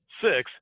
six